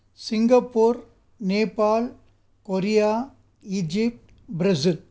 Singapore Nepal Korea Egypt Brazil